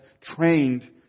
trained